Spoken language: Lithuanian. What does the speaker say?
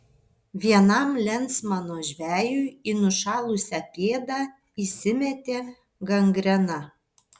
vienam lensmano žvejui į nušalusią pėdą įsimetė gangrena